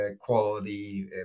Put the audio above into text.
quality